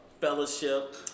fellowship